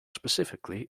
specifically